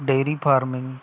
dairy farming